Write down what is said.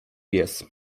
pies